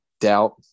doubt